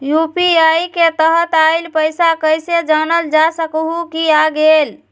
UPI के तहत आइल पैसा कईसे जानल जा सकहु की आ गेल?